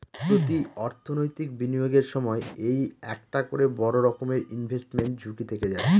প্রতি অর্থনৈতিক বিনিয়োগের সময় এই একটা করে বড়ো রকমের ইনভেস্টমেন্ট ঝুঁকি থেকে যায়